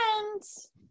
friends